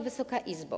Wysoka Izbo!